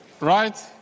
right